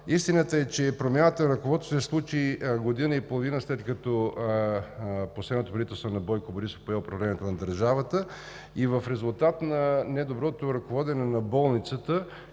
Истината е, че промяната на ръководството се случи година и половина, след като последното правителство на Бойко Борисов пое управлението на държавата, и в резултат на недоброто ръководене на болницата,